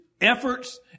efforts